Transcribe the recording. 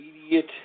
immediate